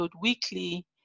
weekly